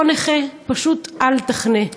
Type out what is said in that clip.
אם אתה לא נכה, פשוט אל תחנה,